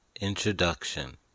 Introduction